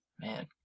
man